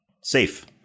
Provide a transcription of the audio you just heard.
safe